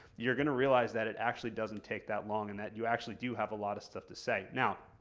you're going to realize that it actually doesn't take that long and that you actually do have a lot of stuff to say. now,